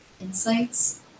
insights